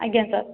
ଆଜ୍ଞା ସାର୍